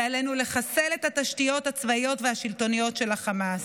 ועלינו לחסל את התשתיות הצבאיות והשלטוניות של החמאס.